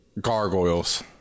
Gargoyles